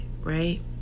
right